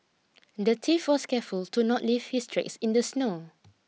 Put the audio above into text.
the thief was careful to not leave his tracks in the snow